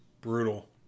Brutal